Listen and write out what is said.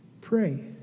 pray